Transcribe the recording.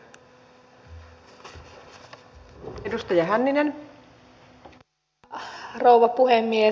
arvoisa rouva puhemies